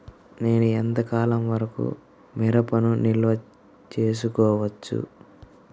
నేను ఎంత కాలం వరకు మిరపను నిల్వ చేసుకోవచ్చు?